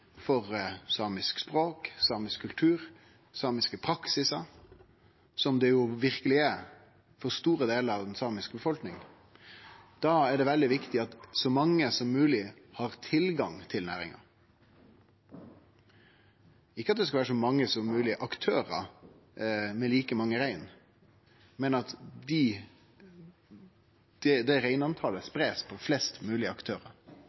for samisk språk, samisk kultur og samiske praksisar, som det verkeleg er for store delar av den samiske befolkninga, er det veldig viktig at så mange som mogleg har tilgang til næringa – ikkje at det skal vere så mange aktørar som mogleg, med like mange rein, men at reintalet blir spreidd på flest mogleg aktørar,